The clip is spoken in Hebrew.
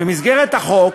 במסגרת החוק